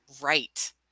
right